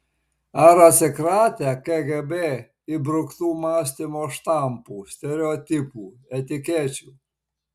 ar atsikratę kgb įbruktų mąstymo štampų stereotipų etikečių